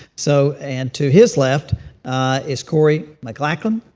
so and to his left is corrie maclaggan.